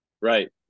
right